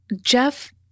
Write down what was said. Jeff